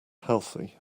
healthy